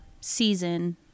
season